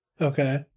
okay